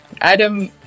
Adam